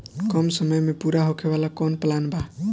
कम समय में पूरा होखे वाला कवन प्लान बा?